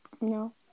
no